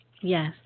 Yes